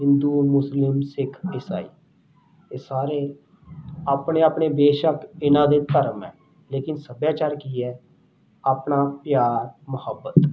Hindu Muslim Sikh ਈਸਾਈ ਇਹ ਸਾਰੇ ਆਪਣੇ ਆਪਣੇ ਬੇਸ਼ੱਕ ਇਨ੍ਹਾਂ ਦੇ ਧਰਮ ਹੈ ਲੇਕਿਨ ਸੱਭਿਆਚਾਰ ਕੀ ਹੈ ਆਪਣਾ ਪਿਆਰ ਮੁਹੱਬਤ